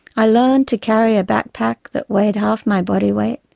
i learned to carry a backpack that weighed half my body-weight,